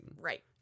right